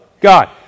God